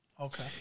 Okay